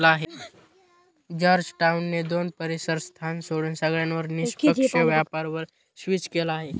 Georgetown ने दोन परीसर स्थान सोडून सगळ्यांवर निष्पक्ष व्यापार वर स्विच केलं आहे